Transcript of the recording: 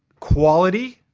quality,